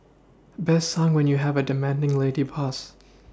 best sung when you have a demanding lady boss